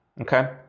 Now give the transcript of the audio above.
okay